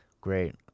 Great